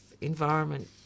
environment